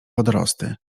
wodorosty